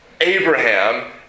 Abraham